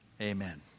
Amen